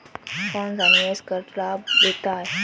कौनसा निवेश कर लाभ देता है?